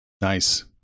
Nice